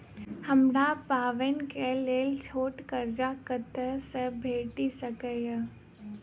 हमरा पाबैनक लेल छोट कर्ज कतऽ सँ भेटि सकैये?